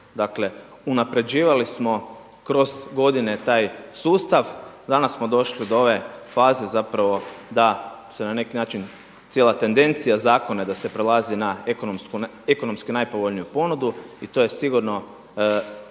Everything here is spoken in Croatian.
dakle unapređivali smo kroz godine taj sustav, danas smo došli do ove faze zapravo da se na neki način cijela tendencija zakona da se prelazi na ekonomki najpovoljniju ponudu i to je sigurno